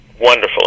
wonderful